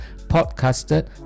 podcasted